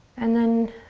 and then,